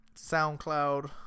SoundCloud